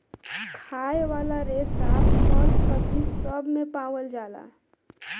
खाए वाला रेसा फल, सब्जी सब मे पावल जाला